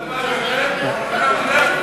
הדבר הזה,